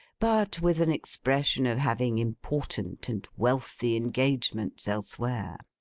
but with an expression of having important and wealthy engagements elsewhere.